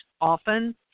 often